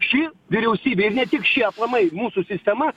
ši vyriausybė ir ne tik šie aplamai mūsų sistema